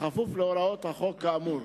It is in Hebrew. בכפוף להוראות החוק האמור.